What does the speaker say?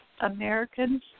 Americans